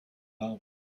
love